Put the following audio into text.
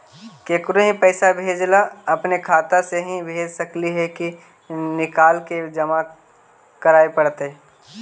केकरो ही पैसा भेजे ल अपने खाता से ही भेज सकली हे की निकाल के जमा कराए पड़तइ?